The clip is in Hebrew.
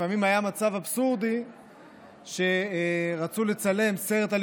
לפעמים היה מצב אבסורדי שהם רצו לצלם סרט על